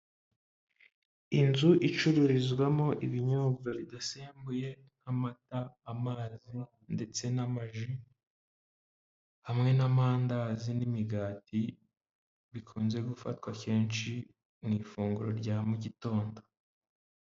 Inzu icururizwamo ibinyobwa bidasembuye nk'amata, amazi ndetse n'amaji hamwe n'amandazi n'imigati bikunze gufatwa kenshi mu ifunguro rya mu gitondo.